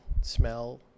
smell